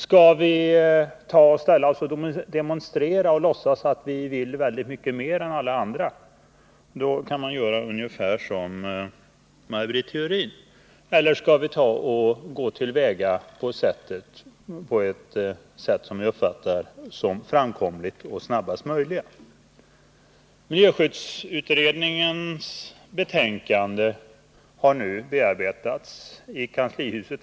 Skall vi demonstrera och låtsas att vi vill väldigt mycket mer än 49 alla andra? Då kan man göra ungefär som Maj Britt Theorin. Eller skall vi gå till väga på ett sätt som vi uppfattar som framkomligt och snabbast? Miljöskyddsutredningens betänkande har nu bearbetats i kanslihuset.